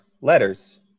letters